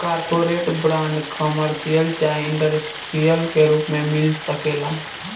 corporate bond, commercial चाहे industrial के रूप में भी मिल सकेला